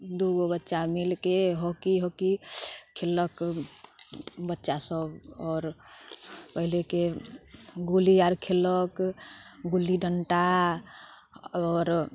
दूगो बच्चा मिलके हॉकी हॉकी खेललक बच्चा सभ आओर पहिलेके गुल्ली आर खेललक गुल्ली डँटा आओर